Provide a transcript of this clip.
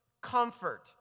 comfort